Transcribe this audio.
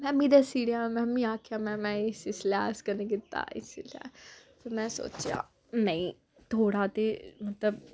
में बी दस्सी ओड़ेआ में बी आखेआ में में इसी लेस कन्नै कीता इसलै ते में सोचेआ नेईं थोह्ड़ा ते मतलब